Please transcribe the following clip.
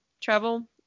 Travel